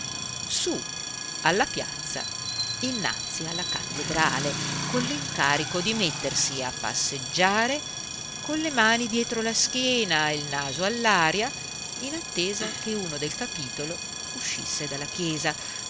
su alla piazza innanzi alla cattedrale con l'incarico di mettersi a passeggiare con le mani dietro la schiena e il naso all'aria in attesa che uno del capitolo uscisse dalla chiesa